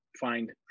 find